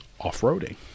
off-roading